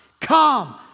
come